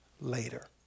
later